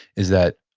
is that,